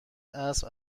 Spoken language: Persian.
اسب